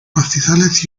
pastizales